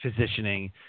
positioning